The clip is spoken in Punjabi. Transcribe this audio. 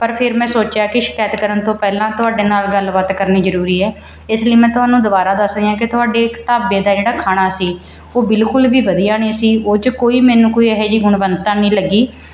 ਪਰ ਫੇਰ ਮੈਂ ਸੋਚਿਆ ਕਿ ਸ਼ਿਕਾਇਤ ਕਰਨ ਤੋਂ ਪਹਿਲਾਂ ਤੁਹਾਡੇ ਨਾਲ ਗੱਲਬਾਤ ਕਰਨੀ ਜ਼ਰੂਰੀ ਹੈ ਇਸ ਲਈ ਮੈਂ ਤੁਹਾਨੂੰ ਦੁਬਾਰਾ ਦੱਸਦੀ ਹਾਂ ਕਿ ਤੁਹਾਡੇ ਇੱਕ ਢਾਬੇ ਦਾ ਜਿਹੜਾ ਖਾਣਾ ਸੀ ਉਹ ਬਿਲਕੁਲ ਵੀ ਵਧੀਆ ਨਹੀਂ ਸੀ ਉਹ 'ਚ ਕੋਈ ਮੈਨੂੰ ਕੋਈ ਇਹੋ ਜਿਹੀ ਗੁਣਵਣਤਾ ਨਹੀਂ ਲੱਗੀ